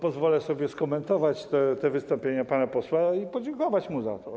Pozwolę sobie skomentować to wystąpienie pana posła i podziękować mu za to.